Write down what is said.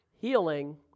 Healing